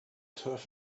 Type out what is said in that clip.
turf